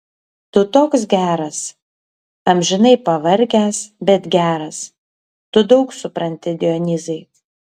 tu toks geras amžinai pavargęs bet geras tu daug supranti dionyzai